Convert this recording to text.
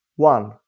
One